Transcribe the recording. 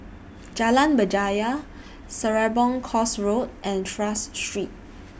Jalan Berjaya Serapong Course Road and Tras Street